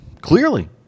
Clearly